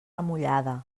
remullada